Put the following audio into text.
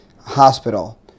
Hospital